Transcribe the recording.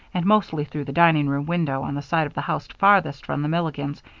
and mostly through the dining-room window on the side of the house farthest from the milligans,